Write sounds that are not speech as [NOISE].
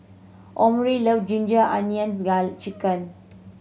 Omari love ginger onions [UNINTELLIGIBLE] chicken